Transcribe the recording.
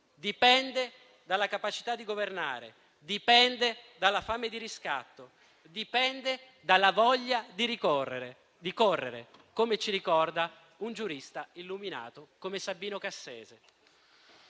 Dipende dalla capacità di governare, dipende dalla fame di riscatto, dipende dalla voglia di correre, come ci ricorda un giurista illuminato come Sabino Cassese.